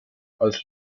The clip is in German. als